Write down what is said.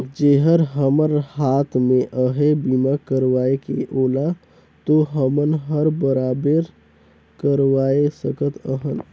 जेहर हमर हात मे अहे बीमा करवाये के ओला तो हमन हर बराबेर करवाये सकत अहन